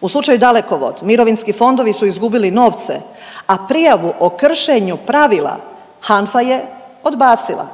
U slučaju Dalekovod mirovinski fondovi su izgubili novce, a prijavu o kršenju pravila HANFA je odbacila.